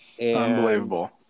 Unbelievable